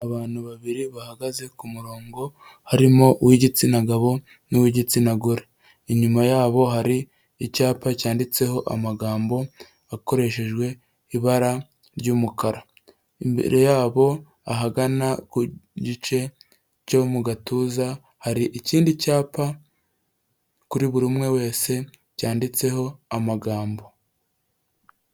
Abantu babiri bahagaze ku murongo harimo uw'igitsina gabo n'uw'igitsina gore, inyuma yabo hari icyapa cyanditseho amagambo akoreshejwe ibara ry'umukara, imbere yabo ahagana ku gice cyo mu gatuza hari ikindi cyapa kuri buri umwe wese, cyanditseho amagambo.